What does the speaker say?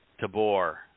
Tabor